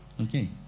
Okay